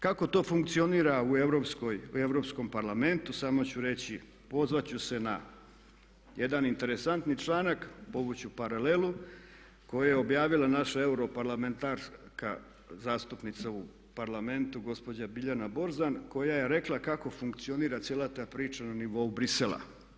Kako to funkcionira u Europskom parlamentu, samo ću reći i pozvat ću se na jedan interesantni članak, povući ću paralelu, koji je objavila naša europarlamentarna zastupnica u Parlamentu gospođa Biljana Borzan koja je rekla kako funkcionira cijela ta priča na nivou Bruxellesa.